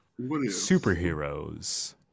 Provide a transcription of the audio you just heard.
superheroes